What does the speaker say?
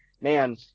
man